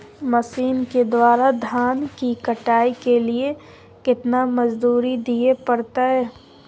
Machine के द्वारा धान की कटाइ के लिये केतना मजदूरी दिये परतय?